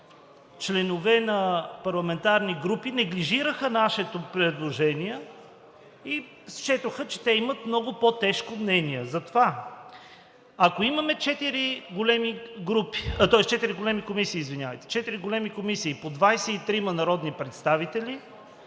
членове на парламентарни групи неглижираха нашето предложение и счетоха, че те имат много по-тежко мнение. Затова, ако имаме четири големи комисии по 23 народни представители,